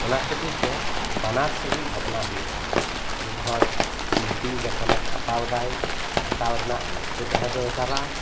ᱚᱱᱟ ᱠᱷᱟᱛᱤᱨ ᱛᱮ ᱵᱟᱱᱟᱨ ᱥᱮᱫ ᱜᱮ ᱵᱷᱟᱵᱽᱱᱟ ᱦᱩᱭᱩᱜᱼᱟ ᱢᱤᱫ ᱦᱚᱲ ᱥᱤᱞᱯᱤ ᱡᱚᱠᱷᱚᱱᱮ ᱟᱠᱟᱣ ᱫᱟᱭ ᱟᱸᱠᱟᱣ ᱨᱮᱱᱟᱜ ᱨᱟᱹᱥᱠᱟᱹ ᱛᱟᱦᱮᱸ ᱫᱚᱨᱠᱟᱨᱟ